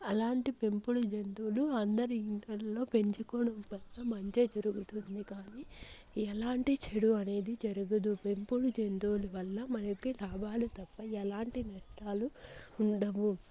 అలాంటి పెంపుడు జంతువులు అందరి ఇంట్లలో పెంచుకోవడం వల్ల మంచే జరుగుతుంది కానీ ఎలాంటి చెడు అనేది జరగదు పెంపుడు జంతువులు వల్ల మనకి లాభాలు తప్ప ఎలాంటి నష్టాలు ఉండవు